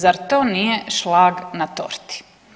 Zar to nije šlag na torti?